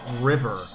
river